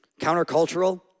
Countercultural